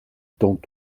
tant